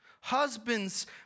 Husbands